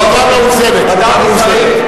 תשובה מאוזנת.